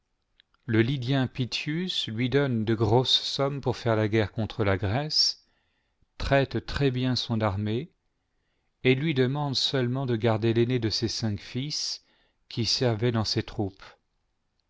le lydien pythius lui donne de grosses sommes pour îa guerre contre la grèce traite très bien son armée et lui demande seulement de garder l'aîné de ses cinq fils qui servaient dans ses troupes